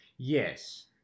Yes